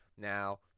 Now